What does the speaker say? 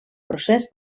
procés